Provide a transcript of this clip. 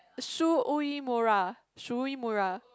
Shu Uemura Shu Uemura